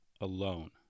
alone